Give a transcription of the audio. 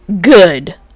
good